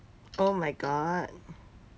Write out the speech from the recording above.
oh my god